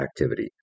activity